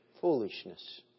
foolishness